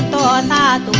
but la and la